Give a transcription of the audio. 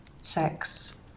sex